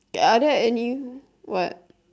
ya are there any what